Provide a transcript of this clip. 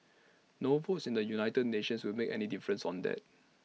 no votes in the united nations will make any difference on that